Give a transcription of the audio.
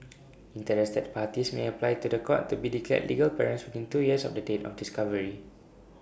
interested parties may apply to The Court to be declared legal parents within two years of the date of discovery